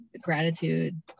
gratitude